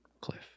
Cliff